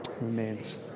remains